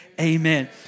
amen